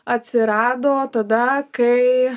atsirado tada kai